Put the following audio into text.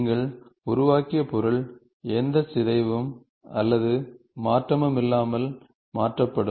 நீங்கள் உருவாக்கிய பொருள் எந்த சிதைவும் அல்லது மாற்றமும் இல்லாமல் மாற்றப்படும்